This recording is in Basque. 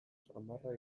samarra